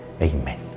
Amen